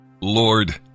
Lord